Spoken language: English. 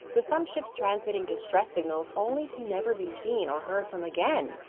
with some ships transmitting distress signals only to never be seen or heard from again,